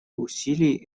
усилий